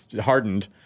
hardened